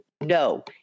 No